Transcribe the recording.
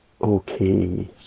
okay